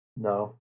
no